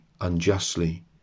unjustly